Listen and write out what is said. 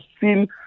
seen